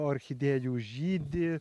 orchidėjų žydi